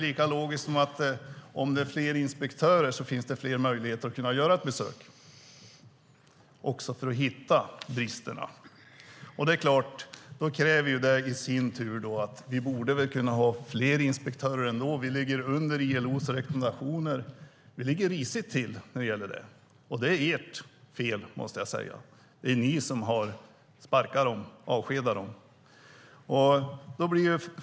Lika logiskt är det att om det finns fler inspektörer finns det också fler möjligheter att göra ett besök för att hitta bristerna. Vi borde kunna ha fler inspektörer. Vi ligger under ILO:s rekommendation. Vi ligger risigt till när det gäller antalet inspektörer, och det är ert fel, Andreas Carlson.